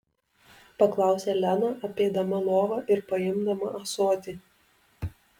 paklausė lena apeidama lovą ir paimdama ąsotį